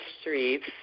streets